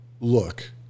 look